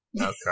Okay